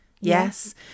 yes